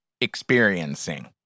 experiencing